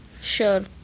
Sure